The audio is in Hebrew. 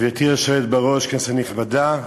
גברתי היושבת-ראש, כנסת נכבדה,